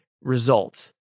results